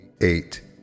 eight